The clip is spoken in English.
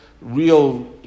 real